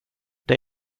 det